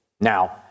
Now